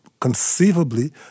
conceivably